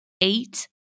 eight